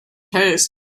taste